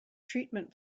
treatment